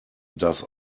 does